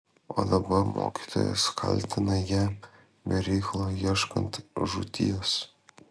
o dabar mokytojas kaltino ją be reikalo ieškant žūties